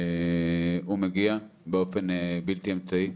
הוא מגיע באופן בלתי אמצעי,